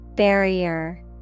Barrier